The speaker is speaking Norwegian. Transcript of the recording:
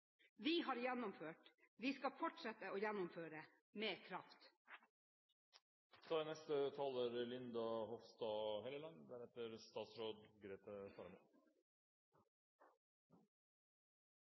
Vi har gjennomført, vi skal fortsette å gjennomføre – med kraft.